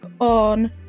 on